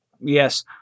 Yes